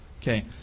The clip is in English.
Okay